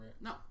no